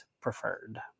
preferred